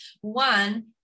One